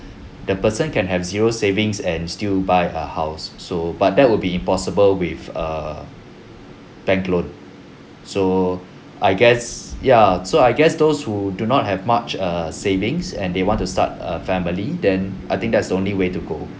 the person can have zero savings and still buy a house so but that would be impossible with err bank loan so I guess ya so I guess those who do not have much err savings and they want to start a family then I think that's the only way to go